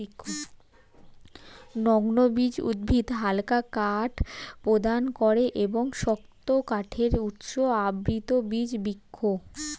নগ্নবীজ উদ্ভিদ হালকা কাঠ প্রদান করে এবং শক্ত কাঠের উৎস আবৃতবীজ বৃক্ষ